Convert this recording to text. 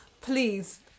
please